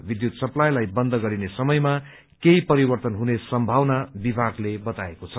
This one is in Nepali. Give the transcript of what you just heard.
विद्युत सप्लाई बन्द गरिने समय केही परिवर्तन हुने सम्भावना विभागले बताएको छ